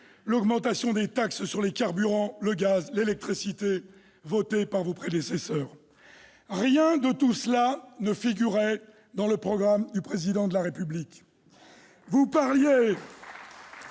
l'augmentation des taxes sur les carburants, le gaz et l'électricité votée par vos prédécesseurs ? Rien de tout cela ne figurait dans le programme du Président de la République. Vous parliez